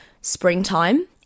springtime